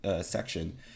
section